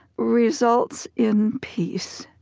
results in peace.